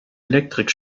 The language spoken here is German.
elektrik